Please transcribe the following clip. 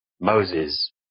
Moses